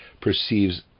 perceives